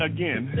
Again